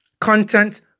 content